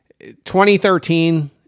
2013